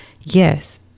Yes